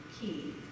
key